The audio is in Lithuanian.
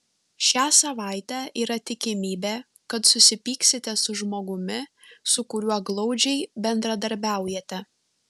šią savaitę yra tikimybė kad susipyksite su žmogumi su kuriuo glaudžiai bendradarbiaujate